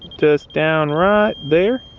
just down right there